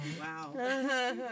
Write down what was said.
Wow